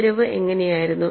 ആ ചരിവ് എങ്ങനെയായിരുന്നു